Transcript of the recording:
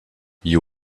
you